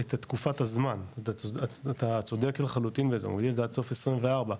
תקופת הזמן, אתה צודק לחלוטין בזה, עד סוף 24,